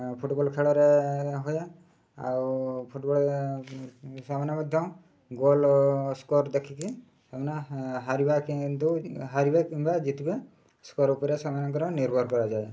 football ଖେଳରେ ହୁଏ ଆଉ ଫୁଟବଲ୍ ସେମାନେ ମଧ୍ୟ ଗୋଲ୍ ସ୍କୋର୍ ଦେଖିକି ସେମାନେ ହାରିବା କି ଦେଉ କିମ୍ବା ଜିତିବା ସ୍କୋର୍ ଉପରେ ସେମାନଙ୍କର ନିର୍ଭର କରାଯାଏ